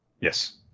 Yes